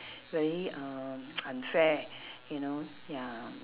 very uh unfair you know ya